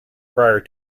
prior